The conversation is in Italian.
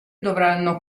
dovranno